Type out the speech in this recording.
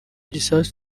gisasu